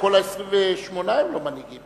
כי הוא כבר אחד ממנהיגי